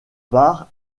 bar